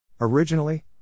Originally